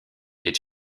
est